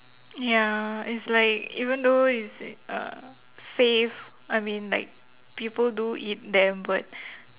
ya it's like even though it's uh safe I mean like people do eat them but